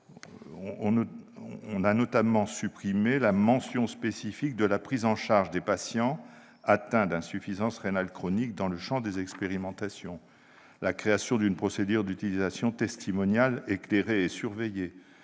ont notamment été supprimés la mention spécifique de la prise en charge des patients atteints d'insuffisance rénale chronique dans le champ des expérimentations, la création d'une procédure d'utilisation testimoniale éclairée et surveillée,